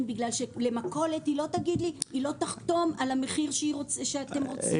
כי מכולת לא תחתום על המחיר שאתם רוצים.